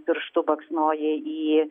pirštu baksnoja į